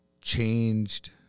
changed